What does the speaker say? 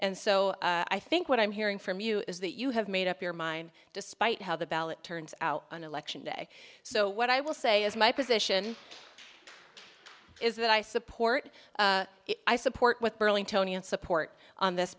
and so i think what i'm hearing from you is that you have made up your mind despite how the ballot turns out on election day so what i will say is my position is that i support i support what burling tony and support on this